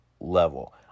level